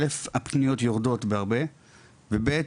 א', הפניות יורדות בהרבה; וב',